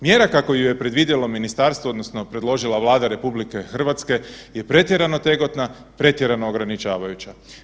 Mjera kako ju je predvidjelo ministarstvo odnosno predložila Vlada RH je pretjerano otegotna, pretjerano ograničavajuća.